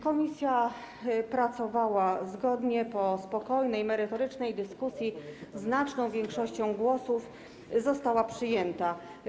Komisja pracowała zgodnie i po spokojnej, merytorycznej dyskusji znaczną większością głosów projekt przyjęta.